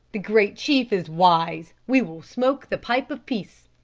the great chief is wise. we will smoke the pipe of peace.